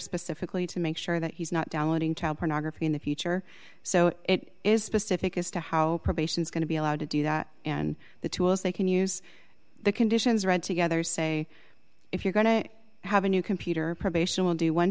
specifically to make sure that he's not downloading child pornography in the future so it is specific as to how probation is going to be allowed to do that and the tools they can use the conditions red together say if you're going to have a new computer probation we'll do one